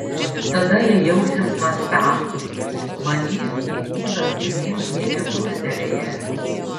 tada jie jausis mąstą manys į ūdą pirmyn nė nekrustelėję